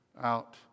out